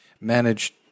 managed